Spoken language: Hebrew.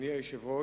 אדוני היושב-ראש,